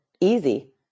Easy